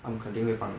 他们肯定会帮你